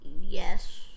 Yes